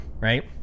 right